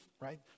right